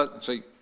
see